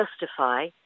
justify